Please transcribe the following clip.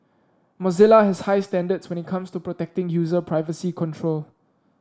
Mozilla has high standards when it comes to protecting user privacy control